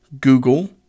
Google